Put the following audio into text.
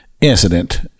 incident